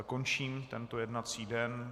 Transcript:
Končím tento jednací den.